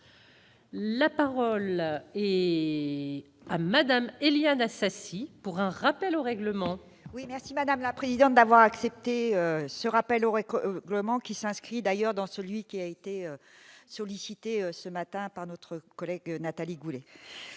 La parole est à Madame Éliane Assassi pour un rappel au règlement. Oui merci madame la présidente d'avoir accepté ce rappel aurait vraiment qui s'inscrit d'ailleurs dans celui qui a été sollicité ce matin par notre collègue Nathalie Goulet